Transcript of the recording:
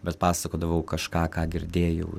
bet pasakodavau kažką ką girdėjau